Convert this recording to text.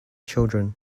children